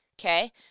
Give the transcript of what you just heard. okay